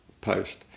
post